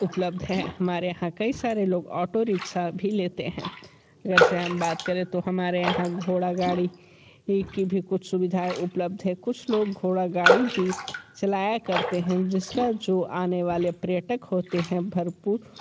उपलब्ध है हमारे यहाँ कई सारे लोग ऑटो रिक्शा भी लेते हैं अगर से हम बात करें तो हमारे यहाँ घोड़ा गाड़ी की भी कुछ सुविधाएं उपलब्ध है कुछ लोग घोड़ा गाड़ी भी चलाया करते हैं जिसका जो आने वाले पर्यटक होते हैं भरपूर